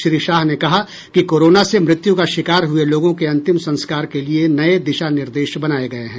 श्री शाह ने कहा कि कोरोना से मृत्यू का शिकार हुए लोगों के अंतिम संस्कार के लिए नये दिशा निर्देश बनाए गये हैं